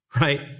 right